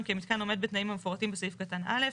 כי המתקן עומד בתנאים המפורטים בסעיף קטן א'